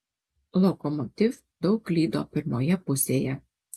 lokomotiv daug klydo pirmoje pusėje